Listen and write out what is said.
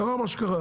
קרה מה שקרה.